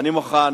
אני מוכן